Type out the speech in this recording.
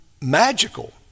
magical